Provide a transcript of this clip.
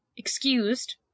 excused